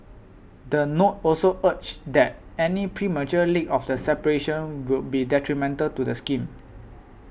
the note also urged that any premature leak of the separation will be detrimental to the scheme